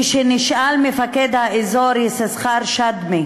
כשנשאל מפקד האזור יששכר שדמי